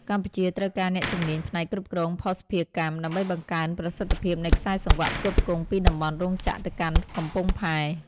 កម្ពុជាត្រូវការអ្នកជំនាញផ្នែកគ្រប់គ្រងភស្តុភារកម្ម ដើម្បីបង្កើនប្រសិទ្ធភាពនៃខ្សែសង្វាក់ផ្គត់ផ្គង់ពីតំបន់រោងចក្រទៅកាន់កំពង់ផែ។